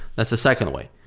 that's the second way.